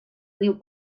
riu